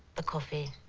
the coffee